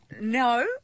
No